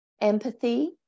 empathy